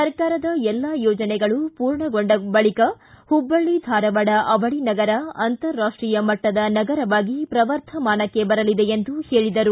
ಸರ್ಕಾರದ ಎಲ್ಲಾ ಯೋಜನೆಗಳು ಮೂರ್ಣಗೊಂಡ ಬಳಿಕ ಹುಬ್ವಳ್ಳಿ ಧಾರವಾಡ ಅವಳಿ ನಗರ ಅಂತರಾಷ್ಷೀಯ ಮಟ್ಟದ ನಗರವಾಗಿ ಪ್ರವರ್ಧಮಾನಕ್ಕೆ ಬರಲಿದೆ ಎಂದು ಹೇಳಿದರು